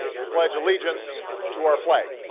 they pledge allegiance to our flag.